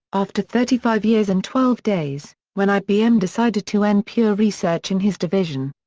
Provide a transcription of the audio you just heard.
after thirty five years and twelve days, when ibm decided to end pure research in his division.